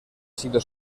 sido